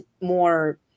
more